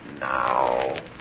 now